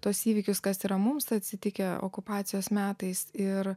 tuos įvykius kas yra mums atsitikę okupacijos metais ir